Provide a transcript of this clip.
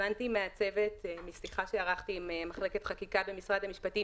הבנתי משיחה שערכתי עם מחלקת חקיקה במשרד המשפטים